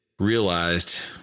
realized